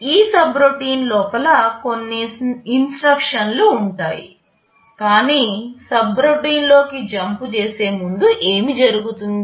ఈ సబ్రోటిన్ లోపల కొన్ని ఇన్స్ట్రక్షన్లు ఉంటాయి కాని సబ్రోటిన్లోకి జంపు చేసే ముందు ఏమి జరుగుతుంది